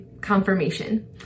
confirmation